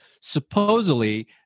supposedly